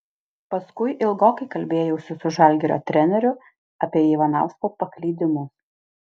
paskui ilgokai kalbėjausi su žalgirio treneriu apie ivanausko paklydimus